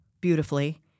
beautifully